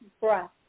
breath